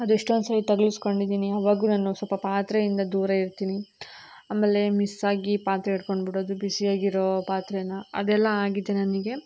ಅದು ಎಷ್ಟೋಂದ್ಸಲ ತಗುಲಿಸ್ಕೊಂಡಿದ್ದೀನಿ ಅವಾಗೂ ನಾನು ಸ್ವಲ್ಪ ಪಾತ್ರೆಯಿಂದ ದೂರ ಇರ್ತೀನಿ ಆಮೇಲೆ ಮಿಸ್ಸಾಗಿ ಪಾತ್ರೆ ಹಿಡ್ಕೊಂಡ್ ಬಿಡೋದು ಬಿಸಿಯಾಗಿರೋ ಪಾತ್ರೇನ ಅದೆಲ್ಲ ಆಗಿದೆ ನನಗೆ